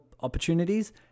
opportunities